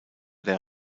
der